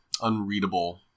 unreadable